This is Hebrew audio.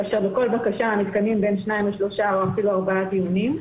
כאשר בכל בקשה מתקיימים בין שניים או שלושה או אפילו ארבעה דיונים.